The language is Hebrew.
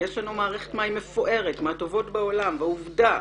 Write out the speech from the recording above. "יש לנו מערכת מים מפוארת, מהטובות בעולם, ועובדה